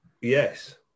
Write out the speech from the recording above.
Yes